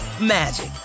magic